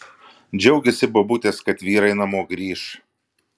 džiaugėsi bobutės kad vyrai namo grįš